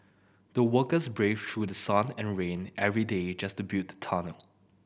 the workers braved through the sun and rain every day just to build the tunnel